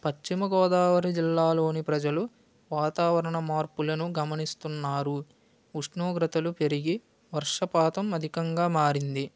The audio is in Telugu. పశ్చిమగోదావరి జిల్లాలోని ప్రజలు వాతావరణ మార్పులను గమనిస్తున్నారు ఉష్ణోగ్రతలు పెరిగి వర్షపాతం అధికంగా మారింది